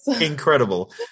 incredible